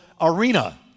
arena